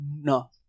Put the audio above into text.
No